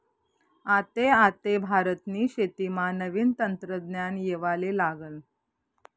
आते आते भारतनी शेतीमा नवीन तंत्रज्ञान येवाले लागनं